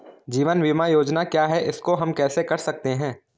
जीवन बीमा क्या है इसको हम कैसे कर सकते हैं?